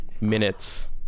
Minutes